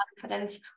confidence